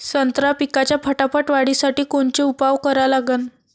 संत्रा पिकाच्या फटाफट वाढीसाठी कोनचे उपाव करा लागन?